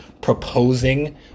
proposing